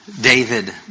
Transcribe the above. David